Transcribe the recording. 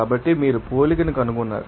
కాబట్టి మీరు పోలికను కనుగొన్నారు